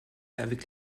avec